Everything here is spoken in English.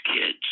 kids